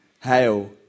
Hail